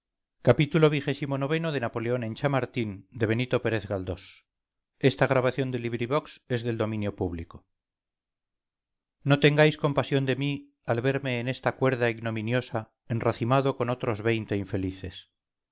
xxix napoleón en chamartín de benito pérez galdós no tengáis compasión de mí al verme en esta cuerda ignominiosa enracimado con otros veinte infelices